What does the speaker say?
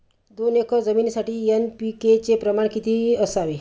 दोन एकर जमिनीसाठी एन.पी.के चे प्रमाण किती असावे?